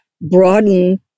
broaden